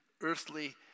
earthly